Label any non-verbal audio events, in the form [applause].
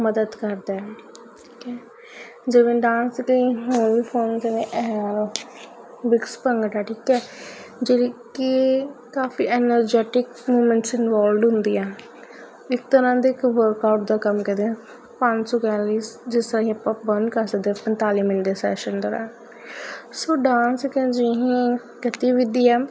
ਮਦਦ ਕਰਦਾ ਠੀਕ ਹੈ ਜਿਵੇਂ ਡਾਂਸ ਕਈ [unintelligible] ਫੋਮ ਜਿਵੇਂ [unintelligible] ਬਿਕਸ ਭੰਗੜਾ ਠੀਕ ਹੈ ਜਿਹੜੀ ਕਿ ਕਾਫੀ ਐਨਰਜੇਟਿਕ ਮੂਵਮੈਂਟਸ ਇਨਵੋਲਵਡ ਹੁੰਦੀਆਂ ਇੱਕ ਤਰ੍ਹਾਂ ਦੇ ਇੱਕ ਵਰਕਆਊਟ ਦਾ ਕੰਮ ਕਰਦੀਆਂ ਪੰਜ ਸੌ ਕੈਲੋਰੀਜ਼ ਜਿਸ ਤਰ੍ਹਾਂ ਕਿ ਆਪਾਂ ਬਰਨ ਕਰ ਸਕਦੇ ਹਾਂ ਪੰਤਾਲੀ ਮਿੰਟ ਦੇ ਸੈਸ਼ਨ ਦੌਰਾਨ ਸੋ ਡਾਂਸ ਇਕ ਅਜਿਹੀ ਗਤੀਵਿਧੀ ਹੈ